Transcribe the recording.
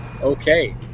okay